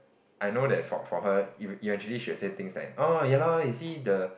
I know that for for her eve~ eventually she will say things like oh ya lor you see the